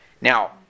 Now